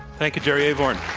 thank you, jerry avorn.